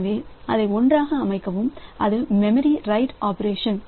எனவே அதை 1 ஆக அமைக்கவும் இது மெமரி ரைட் ஆபரேஷன்